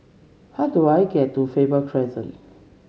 how do I get to Faber Crescent